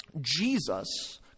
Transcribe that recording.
Jesus